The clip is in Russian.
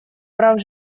прав